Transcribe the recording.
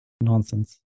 Nonsense